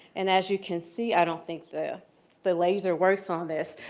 and as you can see, i don't think the the laser works on this.